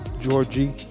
Georgie